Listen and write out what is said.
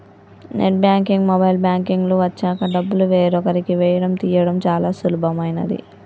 net banking, mobile banking లు వచ్చాక డబ్బులు వేరొకరికి వేయడం తీయడం చాలా సులభమైనది